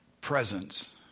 presence